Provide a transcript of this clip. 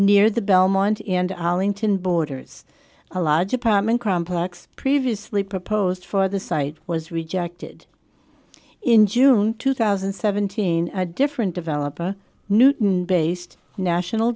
near the belmont end alington borders a large apartment complex previously proposed for the site was rejected in june two thousand and seventeen a different developer newton based national